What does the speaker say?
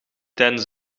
tijdens